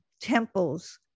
temples